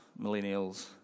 millennials